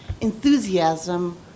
enthusiasm